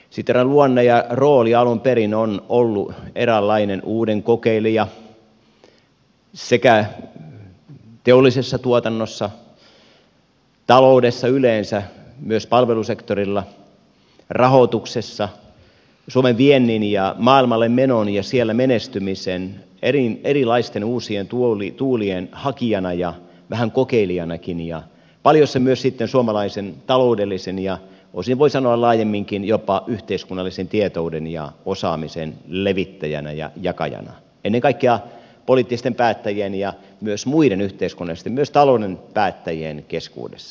sitran luonne ja rooli alun perin on ollut eräänlainen uuden kokeilija sekä teollisessa tuotannossa taloudessa yleensä myös palvelusektorilla rahoituksessa suomen viennin ja maailmalle menon ja siellä menestymisen erilaisten uusien tuulien hakijana vähän kokeilijanakin ja paljossa myös sitten suomalaisen taloudellisen ja osin voi sanoa laajemminkin jopa yhteiskunnallisen tietouden ja osaamisen levittäjänä ja jakajana ennen kaikkea poliittisten päättäjien ja myös muiden yhteiskunnallisten myös talouden päättäjien keskuudessa